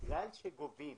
בגלל שגובים